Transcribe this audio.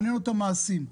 מעניין אותם מעשים.